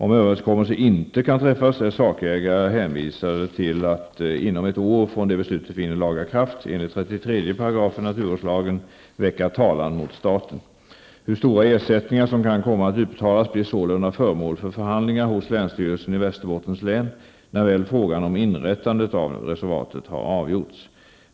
Om överenskommelse inte kan träffas är sakägare hänvisade till att inom ett år från det beslutet vinner laga kraft enligt 33 § naturvårdslagen väcka talan mot staten. Hur stora ersättningar som kan komma att utbetalas blir sålunda föremål för förhandlingar hos länsstyrelsen i Västerbottens län när väl frågan om inrättandet av reservatet har avgjorts.